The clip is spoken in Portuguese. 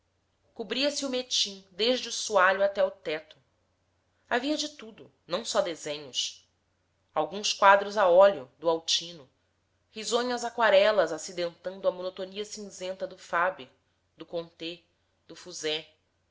cobria se o metim desde o soalho até ao teto havia de tudo não só desenhos alguns quadros a óleo do altino risonhas aguarelas acidentando a monotonia cinzenta do fáber do conté do fusain